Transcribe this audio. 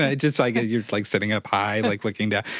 ah just, like, ah you're, like, sitting up high, like, looking down.